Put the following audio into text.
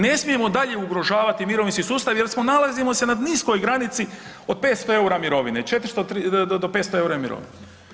Ne smijemo dalje ugrožavati mirovinski sustav jer nalazimo se na niskoj granici od 500 EUR-a mirovine, 400 do 500 EUR-a mirovine.